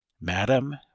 Madam